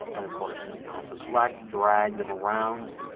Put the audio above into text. and of course you can also select, drag them around.